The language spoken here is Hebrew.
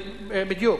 בדיוק.